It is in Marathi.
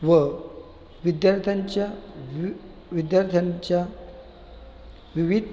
व विद्यार्थ्यांच्या वि विद्यार्थ्यांच्या विविध